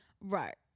right